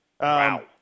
Wow